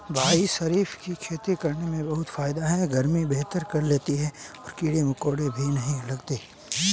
भाई शरीफा की खेती करने में बहुत फायदा है गर्मी बर्दाश्त कर लेती है और कीड़े मकोड़े भी नहीं लगते